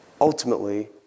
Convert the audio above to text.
ultimately